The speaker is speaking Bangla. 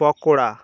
পকোড়া